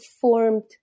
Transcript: formed